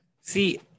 See